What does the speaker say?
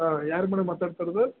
ಹಾಂ ಯಾರು ಮೇಡಮ್ ಮಾತಾಡ್ತಾ ಇರೋದು